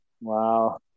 wow